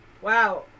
wow